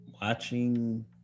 watching